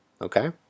Okay